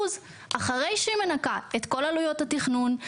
אחרי שהיא מנכה את כל עלויות התכנון,